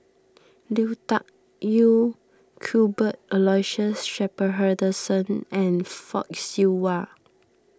Lui Tuck Yew Cuthbert Aloysius Shepherdson and Fock Siew Wah